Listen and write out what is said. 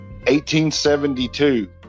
1872